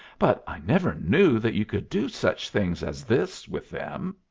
but i never knew that you could do such things as this with them.